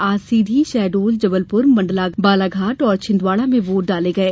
आज सीधी शहडोल जबलपुर मंडला बालाघाट और छिन्दवाड़ा में वोट डाले गये